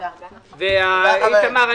איתמר,